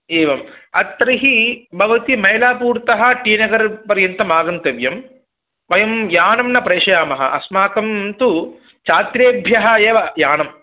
एवम् अत्र हि भवति मैलापूर्तः टी नगर्पर्यन्तम् आगन्तव्यं वयं यानं न प्रेषयामः अस्माकं तु छात्रेभ्यः एव यानम्